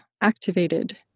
activated